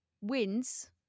wins